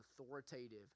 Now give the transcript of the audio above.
authoritative